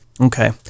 okay